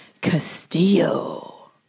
Castillo